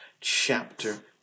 chapter